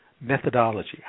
methodology